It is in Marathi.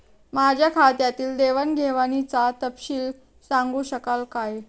माझ्या खात्यातील देवाणघेवाणीचा तपशील सांगू शकाल काय?